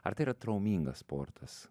ar tai yra traumingas sportas